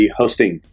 hosting